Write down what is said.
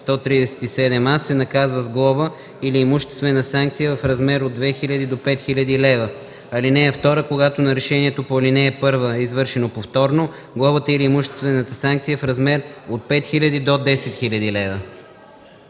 137а, се наказва с глоба или имуществена санкция в размер от 2000 до 5000 лв. (2) Когато нарушението по ал. 1 е извършено повторно, глобата или имуществената санкция е в размер от 5000 до 10 000 лв.”